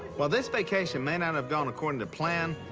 while this vacation may not have gone according to plan,